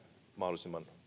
mahdollisimman